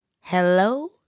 hello